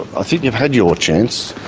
ah think you've had your chance.